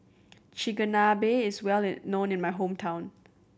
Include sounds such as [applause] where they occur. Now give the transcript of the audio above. chigenabe is well [unintelligible] known in my hometown